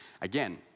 again